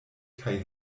kaj